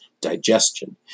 digestion